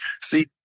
See